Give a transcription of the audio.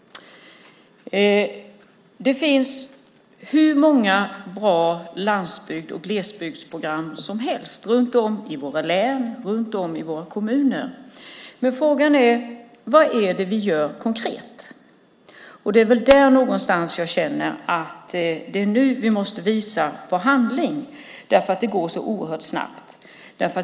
Det finns hur många bra landsbygds och glesbygdsprogram som helst runt om i våra län och i våra kommuner. Men vad gör vi konkret? Det är väl där någonstans jag känner att vi nu måste visa att vi kan handla. Det går så oerhört snabbt.